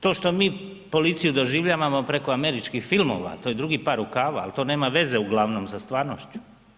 To što mi policiju doživljavamo preko američkih filmova, to je drugi par rukava, ali to nema veze uglavnom sa stvarnošću.